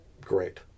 great